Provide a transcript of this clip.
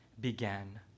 began